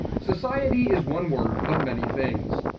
society is one word, but many things.